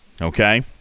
okay